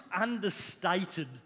understated